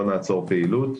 לא לעצור פעילות.